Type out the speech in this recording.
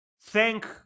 thank